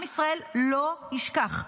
עם ישראל לא ישכח.